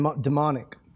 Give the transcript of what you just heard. demonic